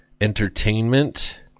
entertainment